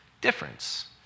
difference